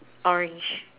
orange